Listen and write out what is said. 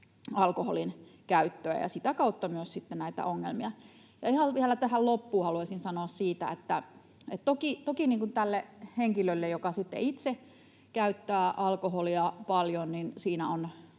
alkoholinkäyttöä ja sitä kautta myös sitten näitä ongelmia. Vielä tähän ihan loppuun haluaisin sanoa, että toki henkilölle, joka itse käyttää alkoholia paljon,